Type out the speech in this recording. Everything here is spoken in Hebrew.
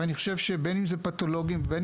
ואני חושב שבין אם זה פתולוגים ובין